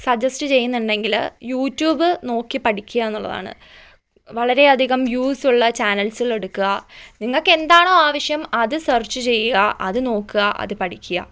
suggest ചെയ്യുന്നുണ്ടെങ്കില് YouTube നോക്കി പഠിക്കുക എന്നുള്ളതാണ് വളരെയധികം വ്യൂസ് ഉള്ള ചാനെൽസ് എടുക്കുക നിങ്ങക്കെന്താണോ ആവശ്യം അത് സെർച്ച് ചെയ്യുക അത് നോക്കുക അത് പഠിക്കുക